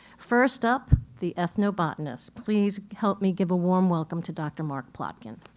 first up the ethnobotanist. please help me give a warm welcome to dr. mark plotkin.